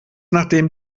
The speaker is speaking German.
nachdem